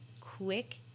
quick